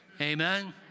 Amen